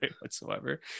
whatsoever